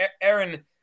Aaron